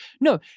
no